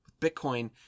Bitcoin